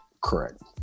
correct